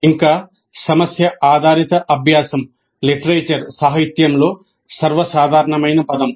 ఇంకా సమస్య ఆధారిత అభ్యాసం సాహిత్యంలో సర్వసాధారణమైన పదం